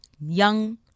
young